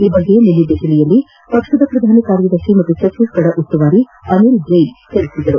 ಈ ಬಗ್ಗೆ ನಿನ್ನೆ ದೆಹಲಿಯಲ್ಲಿ ಪಕ್ಷದ ಪ್ರಧಾನ ಕಾರ್ಯದರ್ತಿ ಹಾಗೂ ಛತ್ತೀಸ್ಫಡ ಉಸ್ತುವಾರಿ ಅನಿಲ್ ಜೈನ್ ತಿಳಿಸಿದ್ದಾರೆ